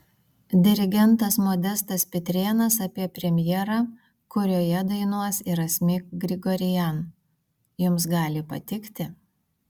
dirigentas modestas pitrėnas apie premjerą kurioje dainuos ir asmik grigorian jums gali patikti